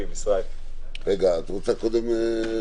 את רוצה לשאול קודם?